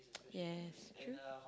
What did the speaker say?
yes true